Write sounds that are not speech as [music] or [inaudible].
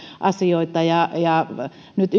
asioita nyt [unintelligible]